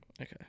Okay